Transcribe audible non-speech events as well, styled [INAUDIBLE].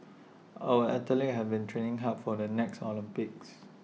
[NOISE] our athletes have been training hard for the next Olympics